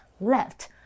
left